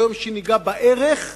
ביום שניגע בערך,